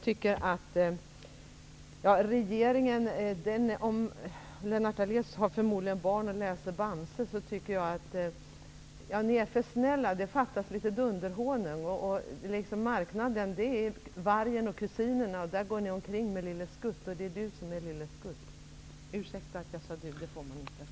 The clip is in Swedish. Lennart Daléus har förmodligen barn och läser Bamse. Ni är för snälla. Det fattas litet dunderhonung. Marknaden är vargen och kusinerna. Där går ni omkring med Lille Skutt, och det är Lennart Daléus som är Lille Skutt.